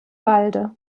walde